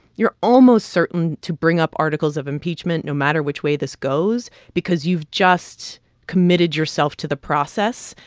you're almost certain to bring up articles of impeachment no matter which way this goes because you've just committed yourself to the process,